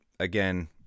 again